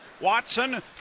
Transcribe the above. Watson